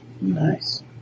Nice